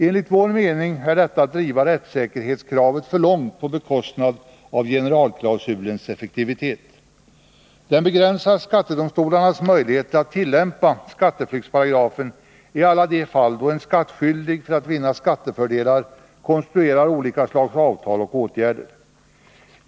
Enligt vår mening är detta att driva säkerhetskravet för långt på bekostnad av generalklausulens effektivitet. Det begränsar skattedomstolarnas möjligheter att tillämpa skatteflyktsparagrafen i alla de fall där en skattskyldig för att vinna skattefördelar konstruerar olika slags avtal och åtgärder.